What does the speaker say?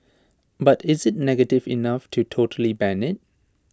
but is IT negative enough to totally ban IT